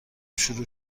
شروع